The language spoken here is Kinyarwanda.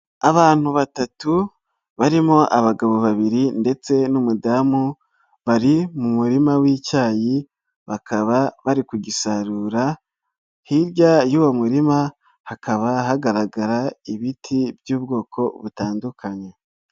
Abantu batatu barimo abagabo babiri ndetse n'umudamu, bari mu murima w'icyayi bakaba bari kugisarura, hirya y'uwo murima hakaba hagaragara ibiti by'ubwoko butandukanye.